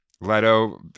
leto